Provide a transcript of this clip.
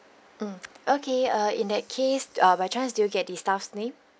mm okay uh in that case uh by chance do you get the staff's name